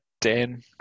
Dan